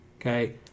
Okay